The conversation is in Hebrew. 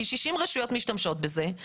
כי רק 60 רשויות משתמשות בזה?